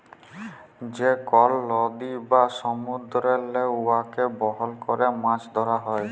যে কল লদী বা সমুদ্দুরেল্লে উয়াকে বাহল ক্যরে মাছ ধ্যরা হ্যয়